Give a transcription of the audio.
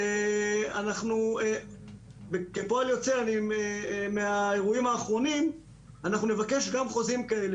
ואנחנו כפועל יוצא מהאירועים האחרונים נבקש גם חוזים כאלה.